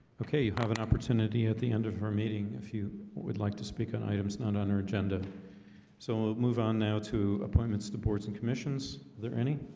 okay, you have an opportunity at the end of our meeting if you would like to speak on items not on our agenda so move on now to appointments the boards and commissions there any